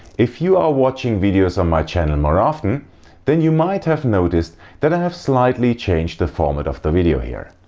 if you are watching videos on my channel more often then you might have noticed that i have slightly changed the format of the video here.